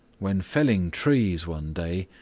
when felling trees one day,